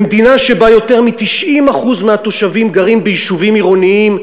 במדינה שבה יותר מ-90% מהתושבים גרים ביישובים עירוניים,